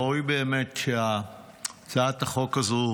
ראוי באמת שהצעת החוק הזאת,